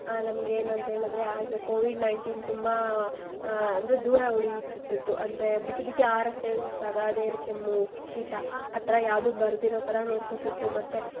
ನಮಗೆ ಏನಂತ ಹೇಳಿದರೆ ಆಗ ಕೋವಿಡ್ ನೈನ್ಟೀನ್ ತುಂಬ ಅಂದರೆ ದೂರ ಉಳಿಯುತ್ತಿತ್ತು ಅಂದರೆ ಬಿಸಿ ಬಿಸಿ ಆಹಾರ ಸೇವಿಸಿದಾಗ ಅದೇ ಕೆಮ್ಮು ಶೀತ ಹತ್ತಿರ ಯಾವುದೂ ಬರದಿರೋ ಥರ ನೋಡ್ಕೋತಿತ್ತು ಮತ್ತೆ